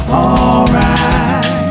alright